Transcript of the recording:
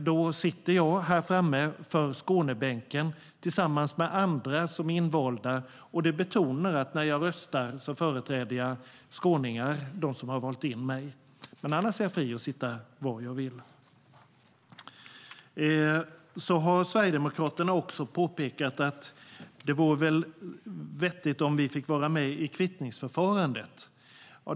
Då sitter jag på Skånebänken tillsammans med andra invalda. Det betonar att när jag röstar företräder jag skåningarna, de som har valt in mig. Men annars är jag fri att sitta var jag vill. Sverigedemokraterna har också påpekat att det vore vettigt om de fick vara med vid kvittningsförfarandet.